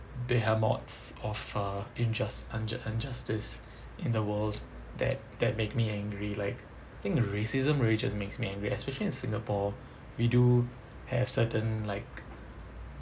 they are lots of uh injust unjust unjustice in the world that that make me angry like think racism really just makes me angry especially in singapore we do have certain like